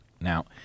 Now